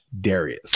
Darius